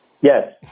Yes